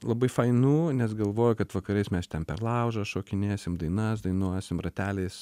labai fainų nes galvojo kad vakarais mes ten per laužą šokinėsim dainas dainuosim rateliais